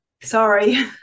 Sorry